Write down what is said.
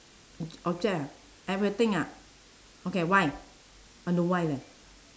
ob~ object ah everything ah okay why uh no why leh